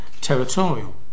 Territorial